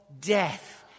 death